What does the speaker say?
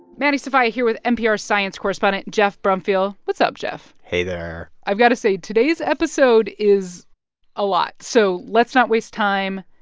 maddie sofia here with npr's science correspondent geoff brumfiel what's up, geoff? hey there i've got to say, today's episode is a lot. so let's not waste time.